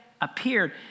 appeared